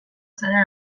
zara